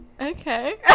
okay